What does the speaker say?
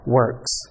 works